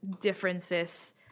differences